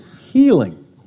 healing